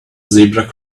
zebra